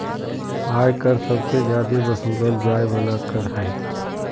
आय कर सबसे जादे वसूलल जाय वाला कर हय